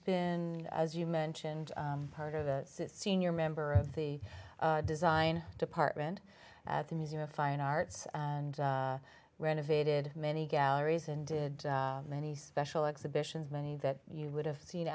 been as you mentioned part of a senior member of the design department at the museum of fine arts and renovated many galleries and did many special exhibitions many that you would have seen